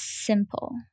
simple